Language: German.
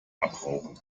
abrauchen